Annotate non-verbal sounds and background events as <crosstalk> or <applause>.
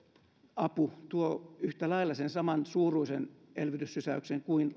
apu tuo yhtä lailla samansuuruisen elvytyssysäyksen kuin <unintelligible>